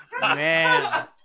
man